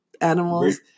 animals